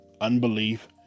unbelief